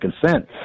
consent